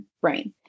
brain